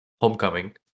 Homecoming